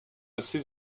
ces